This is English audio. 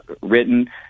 written